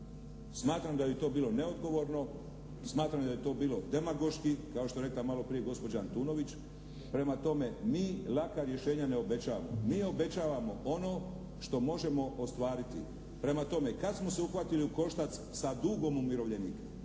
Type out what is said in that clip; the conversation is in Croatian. Smatram da bi to bilo neodgovorno, smatram da bi to bilo demagoški kao što je rekla malo prije gospođa Antunović, prema tome mi laka rješenja ne obećavamo. Mi obećavamo ono što možemo ostvariti. Prema tome, kad smo se uhvatili u koštac sa dugom umirovljenika,